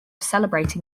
celebrating